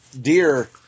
deer